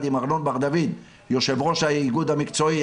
עם ארנון בר דוד יו"ר האיגוד המקצועי,